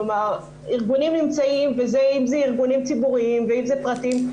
כלומר, אם זה ארגונים ציבוריים, ואם זה פרטיים.